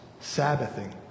Sabbathing